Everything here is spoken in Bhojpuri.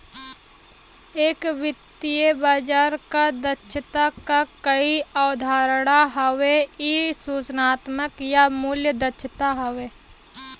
एक वित्तीय बाजार क दक्षता क कई अवधारणा हउवे इ सूचनात्मक या मूल्य दक्षता हउवे